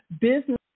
business